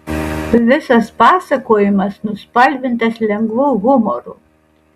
visas pasakojimas nuspalvintas lengvu humoru